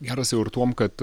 geras jau ir tuo kad